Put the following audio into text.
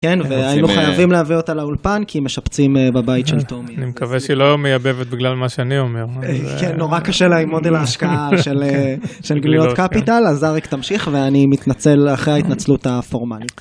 כן, והיינו חייבים להביא אותה לאולפן, כי משפצים בבית של תומי. אני מקווה שהיא לא מייבבת בגלל מה שאני אומר. כן, נורא קשה לה עם מודל ההשקעה של גלילות קפיטל, אז אריק תמשיך ואני מתנצל אחרי ההתנצלות הפורמלית.